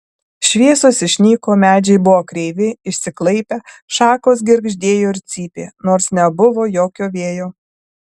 šviesos išnyko medžiai buvo kreivi išsiklaipę šakos girgždėjo ir cypė nors nebuvo jokio vėjo